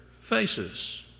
faces